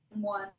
one